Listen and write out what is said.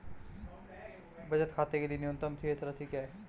बचत खाते के लिए न्यूनतम शेष राशि क्या है?